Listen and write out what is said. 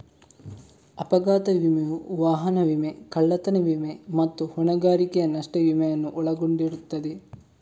ಅಪಘಾತ ವಿಮೆಯು ವಾಹನ ವಿಮೆ, ಕಳ್ಳತನ ವಿಮೆ ಮತ್ತೆ ಹೊಣೆಗಾರಿಕೆಯ ನಷ್ಟ ವಿಮೆಯನ್ನು ಒಳಗೊಂಡಿರ್ತದೆ